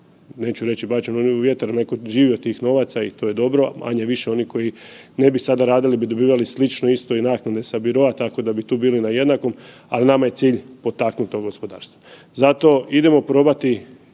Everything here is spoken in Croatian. neću reći bačen u vjetar jer netko živi od tih novaca i to je dobro, manje-više oni koji ne bi sada radili bi dobivali slično isto i naknade sa biroa tako da bi tu bili na jednakom, ali nama je cilj potaknut to gospodarstvo. Zato idemo probati